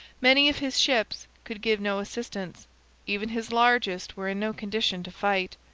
many of his ships could give no assistance even his largest were in no condition to fight.